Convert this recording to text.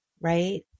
right